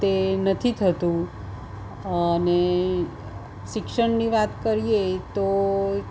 તે નથી થતું અને શિક્ષણની વાત કરીએ તો